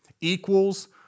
equals